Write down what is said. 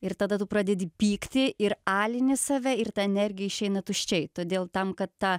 ir tada tu pradedi pykti ir alini save ir ta energija išeina tuščiai todėl tam kad ta